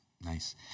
Nice